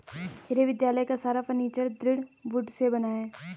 मेरे विद्यालय का सारा फर्नीचर दृढ़ वुड से बना है